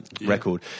record